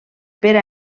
per